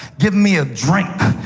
give me a drink.